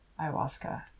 ayahuasca